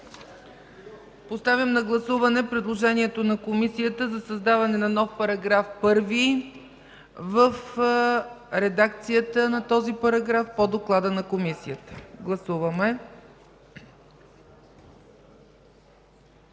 Поставям на гласуване предложението на Комисията за създаване на нов § 1, в редакцията на този параграф по доклада на Комисията. Гласували